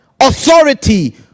authority